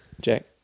Jack